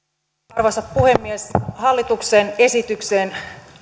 arvoisa puhemies hallituksen esitykseen